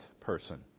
person